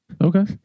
Okay